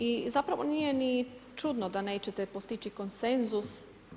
I zapravo nije ni čudno da nećete postići konsenzus.